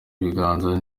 ibibanza